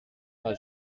saint